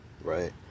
Right